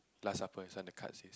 like supper you just want the cuts